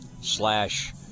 slash